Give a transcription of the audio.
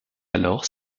alors